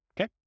okay